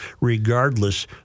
regardless